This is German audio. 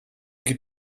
geht